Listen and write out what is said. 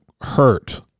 hurt